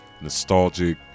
nostalgic